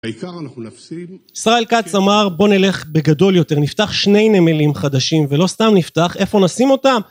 העיקר אנחנו נפסיד... ישראל כץ אמר בוא נלך בגדול יותר, נפתח שני נמלים חדשים ולא סתם נפתח איפה נשים אותם